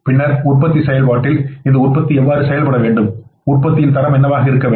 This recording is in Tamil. பின்னர் உற்பத்தி செயல்பாட்டில் இந்த உற்பத்தி எவ்வாறு செய்யப்பட வேண்டும் உற்பத்தியின் தரம் என்னவாக இருக்க வேண்டும்